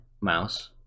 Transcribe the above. mouse